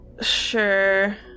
sure